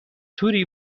توری